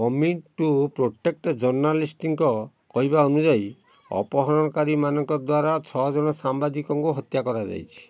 commit to Protect ଜର୍ଣ୍ଣାଲିଷ୍ଟ୍ସଙ୍କ କହିବା ଅନୁଯାୟୀ ଅପହରଣକାରୀ ମାନଙ୍କ ଦ୍ୱାରା ଛଅ ଜଣ ସାମ୍ବାଦିକଙ୍କୁ ହତ୍ୟା କରାଯାଇଛି